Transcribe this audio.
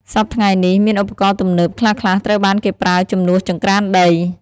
សព្វថ្ងៃនេះ មានឧបករណ៍ទំនើបខ្លះៗត្រូវបានគេប្រើជំនួសចង្ក្រានដី។